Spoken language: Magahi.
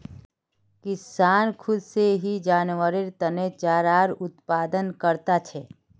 किसान खुद से ही जानवरेर तने चारार उत्पादन करता छे